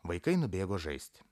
vaikai nubėgo žaisti